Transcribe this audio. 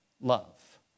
love